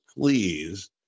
please